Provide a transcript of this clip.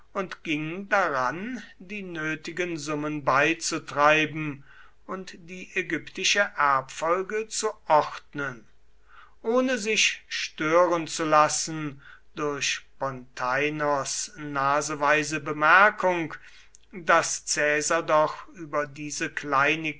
und ging daran die nötigen summen beizutreiben und die ägyptische erbfolge zu ordnen ohne sich stören zu lassen durch potheinos naseweise bemerkung daß caesar doch über diese